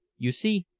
you see,